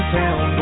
town